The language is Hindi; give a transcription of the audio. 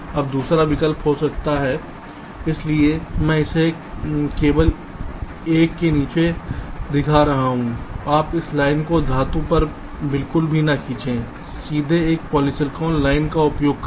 अब दूसरा विकल्प हो सकता है इसलिए मैं इसे केवल एक के नीचे दिखा रहा हूं कि आप इस लाइन को धातु पर बिल्कुल भी न खींचें सीधे एक पॉलीसिलिकॉन लाइन का उपयोग करें